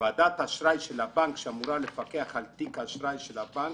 ועדת ביקורת בודקת תעריפים שניתנים,